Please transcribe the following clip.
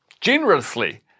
generously